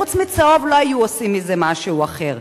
חוץ מ"צהוב" לא היו עושים מזה משהו אחר.